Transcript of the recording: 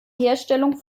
herstellung